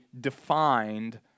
defined